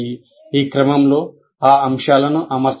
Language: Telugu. ఈ క్రమంలో ఆ అంశాలను అమర్చండి